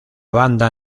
banda